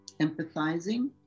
empathizing